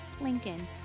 Lincoln